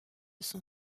son